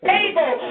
Table